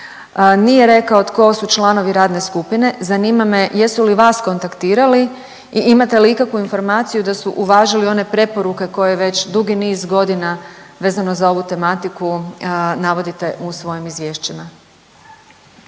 nije rekao tko su članovi radne skupine, zanima me jesu li vas kontaktirali i imate li ikakvu informaciju da su uvažili one preporuke koje već dugi niz godina vezano za ovu tematiku navodite u svojim izvješćima?